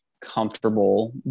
comfortable